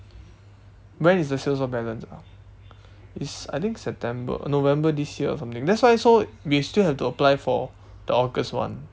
when is the sales of balance ah it's I think september november this year or something that's why so we still have to apply for the august one